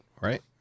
Right